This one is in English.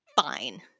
fine